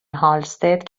هالستد